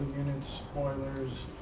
units, boilers,